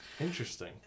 interesting